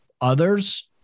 others